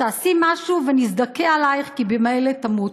או: תעשי משהו, ונזדכה עלייך, כי ממילא תמותי.